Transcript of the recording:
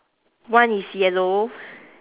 one is yellow